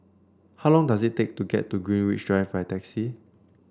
how long does it take to get to Greenwich Drive by taxi